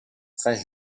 très